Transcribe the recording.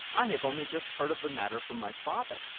i have only just heard of the matter from my father.